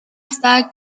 está